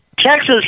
Texas